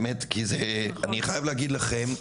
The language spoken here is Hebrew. אני חייב להגיד לכם.